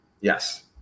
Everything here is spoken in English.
yes